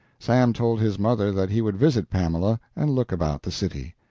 sam told his mother that he would visit pamela and look about the city.